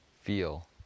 feel